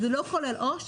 זה לא כולל עו"ש,